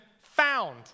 found